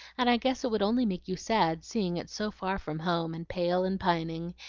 and i guess it would only make you sad, seeing it so far from home, and pale and pining,